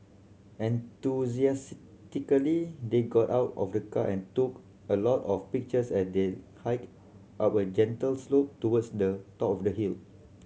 enthusiastically they got out of the car and took a lot of pictures as they hiked up a gentle slope towards the top of the hill